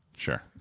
Sure